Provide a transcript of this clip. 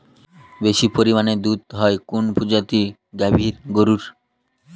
বেশি পরিমানে দুধ হয় কোন প্রজাতির গাভি গরুর?